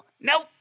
Nope